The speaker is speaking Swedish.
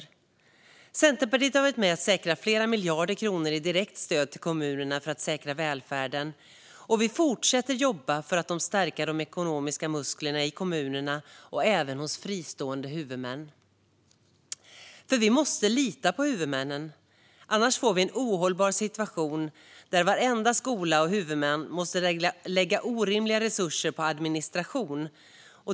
Vi i Centerpartiet har varit med och säkrat flera miljarder kronor i direkt stöd till kommunerna för att säkra välfärden, och vi fortsätter jobba för att stärka de ekonomiska musklerna i kommunerna - och även hos fristående huvudmän. Vi måste nämligen lita på huvudmännen, annars får vi en ohållbar situation där varenda skola och huvudman måsta lägga orimliga resurser på administration.